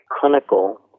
clinical